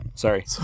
Sorry